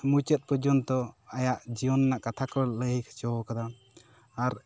ᱢᱩᱪᱟᱹᱫ ᱯᱚᱡᱽᱡᱚᱱᱛᱚ ᱟᱭᱟᱜ ᱡᱤᱭᱚᱱ ᱨᱮᱱᱟᱜ ᱠᱟᱛᱷᱟ ᱠᱚ ᱞᱟᱹᱭ ᱪᱚᱣ ᱠᱟᱫᱟ ᱟᱨ